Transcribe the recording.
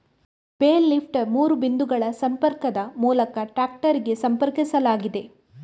bale lifter ಮೂರು ಬಿಂದುಗಳ ಸಂಪರ್ಕದ ಮೂಲಕ ಟ್ರಾಕ್ಟರಿಗೆ ಸಂಪರ್ಕಿಸಲಾಗಿದೆ